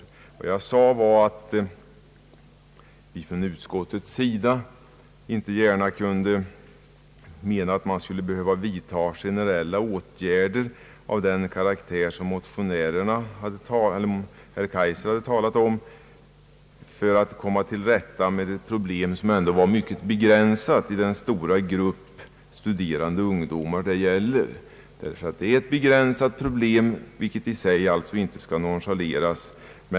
Som jag sade har vi från utskottets sida inte ansett att man skall behöva vidta generella åtgärder av den karaktär som herr Kaijser här har talat om för att lösa ett problem som ändå är mycket begränsat inom den stora grupp av studerande ungdomar som det gäller. Det är ett begränsat problem som i sig självt inte skall nonchaleras.